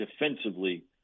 defensively